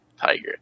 Tiger